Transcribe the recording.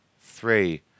three